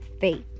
faith